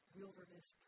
wilderness